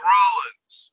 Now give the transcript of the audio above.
Rollins